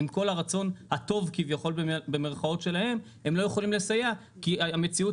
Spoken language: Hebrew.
עם כל הרצון הטוב כביכול במירכאות שלהם הם לא יכולים לסייע כי המציאות